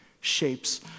shapes